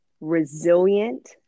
resilient